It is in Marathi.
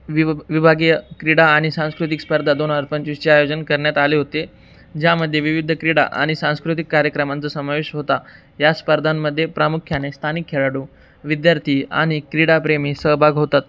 विभ विभागीय क्रीडा आणि सांस्कृतिक स्पर्धा दोन हजार पंचवीसचे आयोजन करण्यात आले होते ज्यामध्ये विविध क्रीडा आणि सांस्कृतिक कार्यक्रमांचा समावेश होता या स्पर्धांमध्येे प्रामुख्याने स्थानिक खेळाडू विद्यार्थी आणि क्रीडाप्रेमी सहभाग होतात